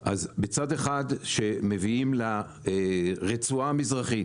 אז בצד אחד שמביאים לרצועה המזרחית